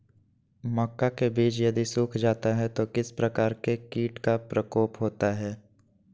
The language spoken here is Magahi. मक्का के बिज यदि सुख जाता है तो किस प्रकार के कीट का प्रकोप होता है?